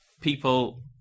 people